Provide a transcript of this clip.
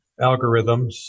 algorithms